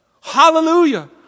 Hallelujah